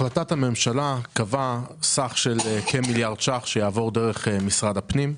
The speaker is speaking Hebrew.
החלטת הממשלה קבעה סך של כמיליארד ש"ח שיעבור דרך משרד הפנים.